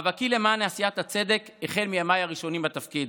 מאבקי למען עשיית הצדק החל מימיי הראשונים בתפקיד.